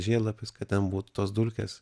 žiedlapis kad ten būtų tos dulkės